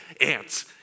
ants